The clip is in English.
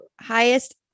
highest